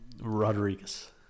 Rodriguez